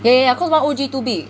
okay yeah cause one O_G too big